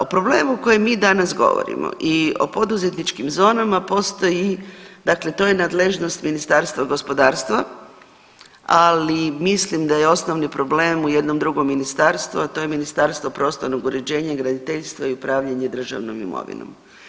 O problemu o kojem mi danas govorimo o poduzetničkim zonama, dakle to je nadležnost Ministarstva gospodarstva, ali mislim da je osnovni problem u jednom drugom ministarstvu, a to je Ministarstvo prostornog uređenja i graditeljstva i upravljanje državnom imovinom.